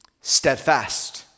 steadfast